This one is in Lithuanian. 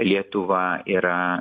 lietuva yra